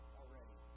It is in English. already